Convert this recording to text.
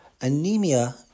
Anemia